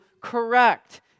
correct